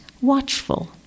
watchful